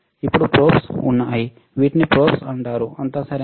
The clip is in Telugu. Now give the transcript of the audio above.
ఇప్పుడు ప్రోబ్స్ ఉన్నాయి వీటిని ప్రోబ్స్ అంటారు అంతా సరేనా